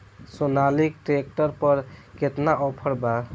Sonalika tractor पर केतना offer बा?